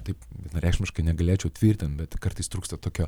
taip vienareikšmiškai negalėčiau tvirtint bet kartais trūksta tokio